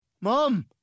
Mom